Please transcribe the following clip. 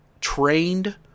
trained